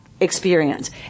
experience